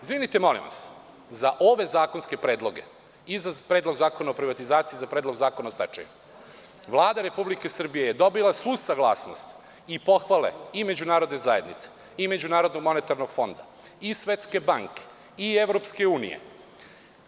Izvinite molim vas, za ove zakonske predloge i za Predlog zakona o privatizaciji, za Predlog zakona o stečaju, Vlada Republike Srbije je dobila svu saglasnost i pohvale i međunarodne zajednice i Međunarodnog monetarnog fonda i Svetske banke i Evropske unije.